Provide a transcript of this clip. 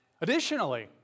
Additionally